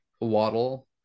Waddle